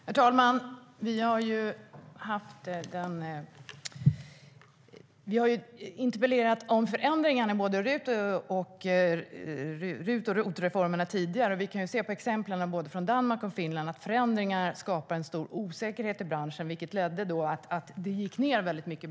Herr talman! Vi har interpellerat om förändringarna i både RUT och ROT-reformerna tidigare, och vi kan se på exemplen från både Danmark och Finland att förändringar skapade en stor osäkerhet i branschen, vilket ledde till att det gick ned väldigt mycket.